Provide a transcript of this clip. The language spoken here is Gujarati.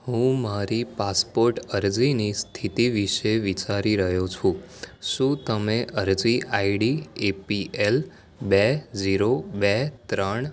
હું મારી પાસપોર્ટ અરજીની સ્થિતિ વિશે વિચારી રહ્યો છું શું તમે અરજી આઈડી એપીએલ બે ઝીરો બે ત્રણ